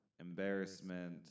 embarrassment